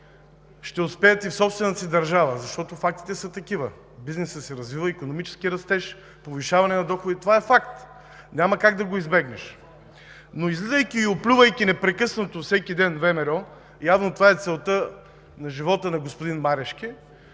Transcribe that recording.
ще успеят и в собствената си държава, защото фактите са такива – бизнесът се развива, икономически растеж, повишаване на доходите. Това е факт! Няма как да го избегнеш. Но излизайки и оплювайки непрекъснато, всеки ден ВМРО – явно това е целта на живота на господин Марешки.